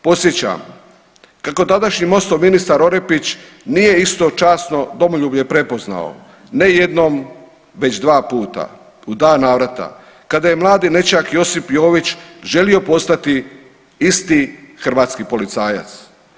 Podsjećam kako tadašnji Mostov ministar Orepić nije isto časno domoljublje prepoznao, ne jednom, već dva puta, u dva navrata, kada je mladi nećak Josip Jović želio postati isti hrvatski policajac.